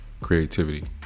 Creativity